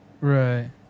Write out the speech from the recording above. Right